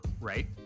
right